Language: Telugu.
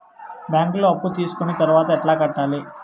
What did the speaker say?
బ్యాంకులో అప్పు తీసుకొని తర్వాత ఎట్లా కట్టాలి?